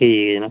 ठीक ऐ जनाब